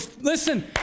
listen